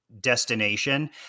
destination